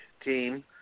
team